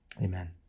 amen